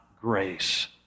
grace